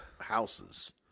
houses